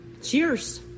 Cheers